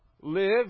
live